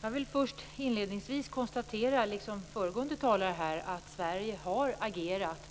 Fru talman! Inledningsvis vill jag - liksom föregående talare - konstatera att Sverige har agerat